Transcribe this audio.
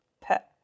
pet